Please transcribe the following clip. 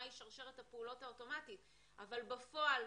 מהי שרשרת הפעולות האוטומטית אבל בפועל,